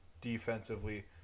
defensively